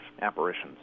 apparitions